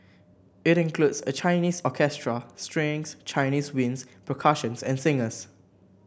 it includes a Chinese orchestra strings Chinese winds percussion and singers